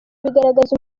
bigaragaza